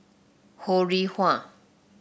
Ho Rih Hwa